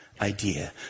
idea